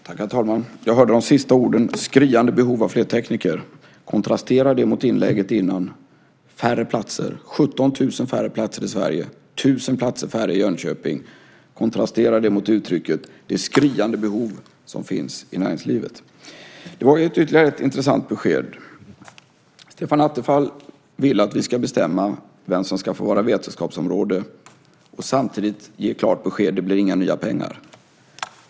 Herr talman! Jag hörde de sista orden: skriande behov i näringslivet av fler tekniker. Kontrastera det mot det tidigare inlägget om färre platser - 17 000 färre platser i Sverige och 1 000 platser färre i Jönköping! Det var ytterligare ett intressant besked. Stefan Attefall vill att vi ska bestämma vem som ska få vara vetenskapsområde. Samtidigt ger han klart besked; det blir inga nya pengar.